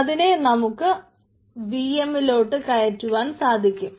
അതിനെ നമുക്ക് V M lot കയറ്റുവാൻ സാധിക്കും